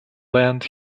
land